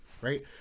Right